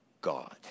God